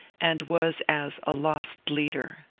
and was as a lost leader.